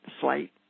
slight